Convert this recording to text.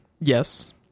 Yes